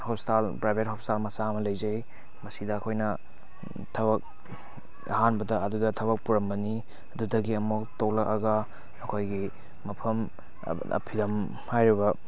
hospital private hospital ꯃꯆꯥ ꯑꯃ ꯂꯩꯖꯩ ꯃꯁꯤꯗ ꯑꯩꯈꯣꯏꯅ ꯊꯕꯛ ꯑꯍꯥꯟꯕꯗ ꯑꯗꯨꯗ ꯊꯕꯛ ꯄꯨꯔꯝꯕꯅꯤ ꯑꯗꯨꯗꯒꯤ ꯑꯃꯨꯛ ꯇꯣꯛꯂꯀꯑꯒ ꯑꯩꯈꯣꯏꯒꯤ ꯃꯐꯝ ꯐꯤꯂꯝ ꯍꯥꯏꯔꯤꯕ